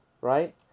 right